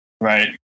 Right